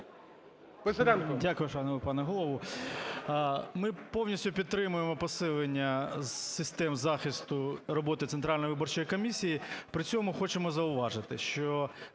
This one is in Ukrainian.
Дякую, шановний пане Голово. Ми повністю підтримуємо посилення систем захисту роботи Центральної виборчої комісії. При цьому хочемо зауважити, що